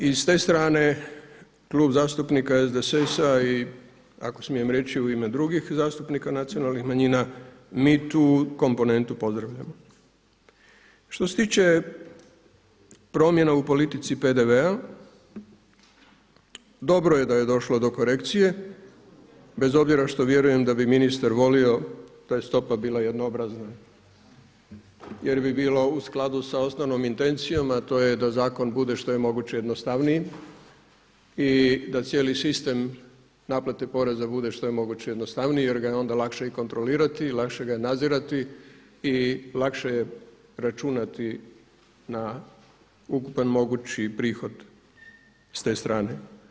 I s te strane Klub zastupnik SDSS-a i ako smijem reći u ime drugih zastupnika nacionalnih manjina mi tu komponentu pozdravljamo. što se tiče promjena u politici PDV-a dobro je da je došlo do korekcije bez obzira što vjerujem da bi ministar volio da je stopa bila jednoobrazna jer bi bila u skladu s osnovnom intencijom a to je da zakon bude što je moguće jednostavniji i da cijeli sistem naplate poreza bude što je moguće jednostavniji jer ga je onda lakše i kontrolirati i lakše ga je nadzirati i lakše je računati na ukupan mogući prihod s te strane.